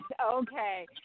Okay